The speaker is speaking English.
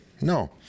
no